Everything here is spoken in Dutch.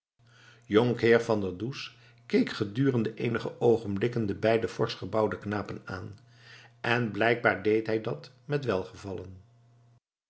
jonkheer van der does keek gedurende eenige oogenblikken de beide forsch gebouwde knapen aan en blijkbaar deed hij dat met welgevallen